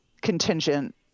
contingent